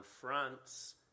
France